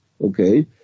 okay